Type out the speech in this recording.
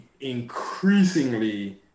increasingly